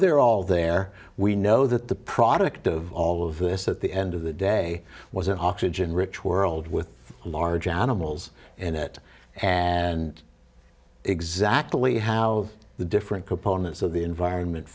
they're all there we know that the product of all of this at the end of the day was an oxygen rich world with large animals in it and exactly how the different components of the environment